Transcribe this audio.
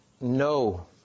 no